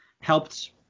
helped